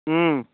ହଁ